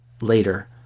later